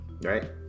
right